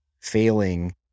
failing